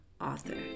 author